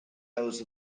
hours